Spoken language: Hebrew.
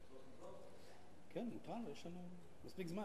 יש לי הרבה על מה לדבר.